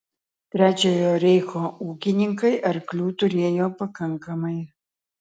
trečiojo reicho ūkininkai arklių turėjo pakankamai